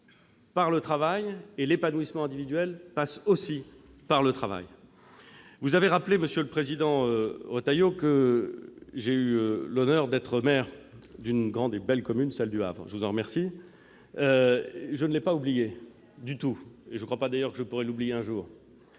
par le travail et que l'épanouissement individuel passe lui aussi par le travail. Vous avez rappelé, monsieur le président Retailleau, que j'ai eu l'honneur d'être maire d'une grande et belle commune, celle du Havre. Je vous en remercie : je ne l'ai pas oublié du tout, et je ne crois pas que je pourrais un jour